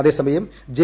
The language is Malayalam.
അതേസമയം ജെ